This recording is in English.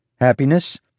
Happiness